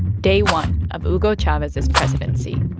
day one of hugo chavez's presidency.